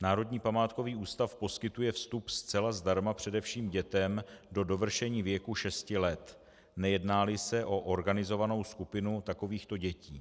Národní památkový ústav poskytuje vstup zcela zdarma především dětem do dovršení věku šesti let, nejednáli se o organizovanou skupinu takovýchto dětí.